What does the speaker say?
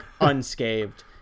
unscathed